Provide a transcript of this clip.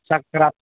ᱥᱟᱠᱨᱟᱛ